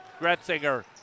Gretzinger